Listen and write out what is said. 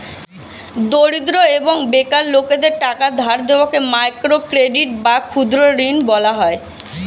দরিদ্র এবং বেকার লোকদের টাকা ধার দেওয়াকে মাইক্রো ক্রেডিট বা ক্ষুদ্র ঋণ বলা হয়